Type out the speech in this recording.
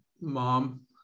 mom